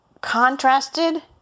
contrasted